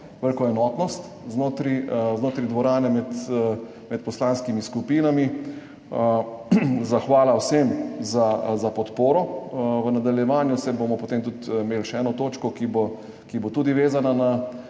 veliko enotnost znotraj dvorane med, med poslanskimi skupinami. Hvala vsem za podporo. V nadaljevanju bomo potem imeli še eno točko, ki bo tudi vezana na